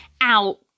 out